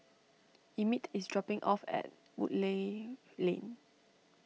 Emmitt is dropping off at Woodleigh Lane